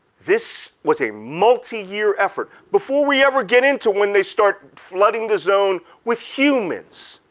this was a multi-year effort before we ever get into when they start flooding the zone with humans,